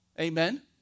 Amen